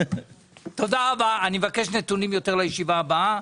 יותר נתונים לישיבה הבאה.